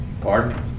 Pardon